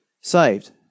saved